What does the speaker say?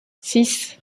six